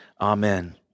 Amen